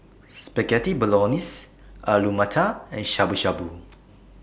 Spaghetti Bolognese Alu Matar and Shabu Shabu